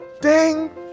ding